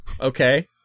Okay